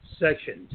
sections